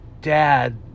dad